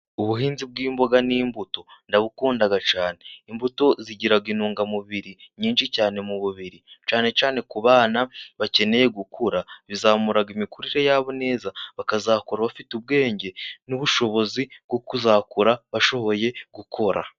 Ubuhinzi bw'imboga n'imbuto ndabukunda cyane. Imbuto zigira intungamubiri nyinshi cyane mu mubiri cyane cyane ku bana bakeneye gukura, bizamurara imikurire yabo neza, bakazakora bafite ubwenge n'ubushobozi bwo kuzakura bashoboye gukora.